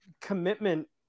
commitment